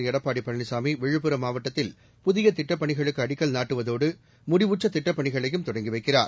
எடப்பாடி பழனிசாமி விழுப்புரம் மாவட்டத்தில் புதிய திட்டப் பணிகளுக்கு அடிக்கல் நாட்டுவதோடு முடிவுற்ற திட்டப் பணிகளையும் தொடங்கி வைக்கிறார்